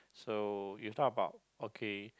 so it's not about okay